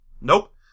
Nope